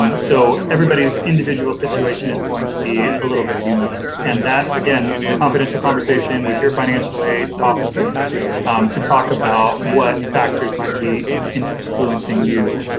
um so everybody's individual situation is going to be a little bit unique and that, again, confidential conversation with your financial aid officer officer to talk about what factors might be influencing you.